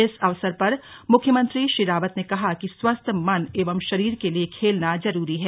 इस अवसर पर मुख्यमंत्री श्री रावत ने कहा कि स्वस्थ मन एवं शरीर के लिए खेलना जरूरी है